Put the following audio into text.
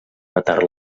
matar